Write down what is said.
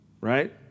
right